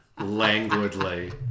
languidly